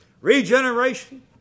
regeneration